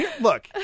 Look